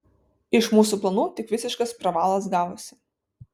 iš mūsų planų tik visiškas pravalas gavosi